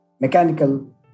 mechanical